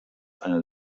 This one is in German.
einer